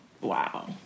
Wow